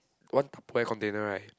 one tupperware container right